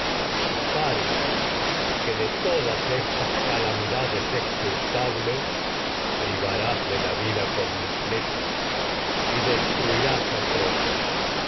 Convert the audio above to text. ejército paris que de todas estas calamidades con cul pable privarás de la vida a mis flechas y destruirás troya